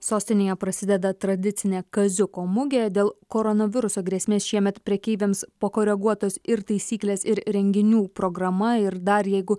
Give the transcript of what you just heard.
sostinėje prasideda tradicinė kaziuko mugė dėl koronaviruso grėsmės šiemet prekeiviams pakoreguotos ir taisyklės ir renginių programa ir dar jeigu